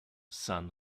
san